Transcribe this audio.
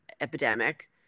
epidemic